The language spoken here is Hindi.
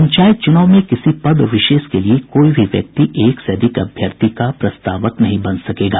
पंचायत चूनाव में किसी पद विशेष के लिए कोई भी व्यक्ति एक से अधिक अभ्यर्थी का प्रस्तावक नहीं बन सकेगा